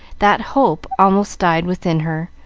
that hope almost died within her,